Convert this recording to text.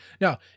Now